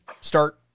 start